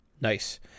nice